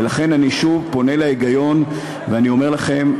ולכן אני שוב פונה להיגיון, ואני אומר לכם: